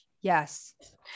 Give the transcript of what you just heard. Yes